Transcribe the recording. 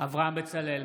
אברהם בצלאל,